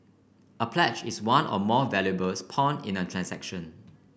a pledge is one or more valuables pawn in a transaction